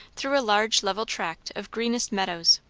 through a large level tract of greenest meadows.